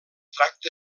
tracta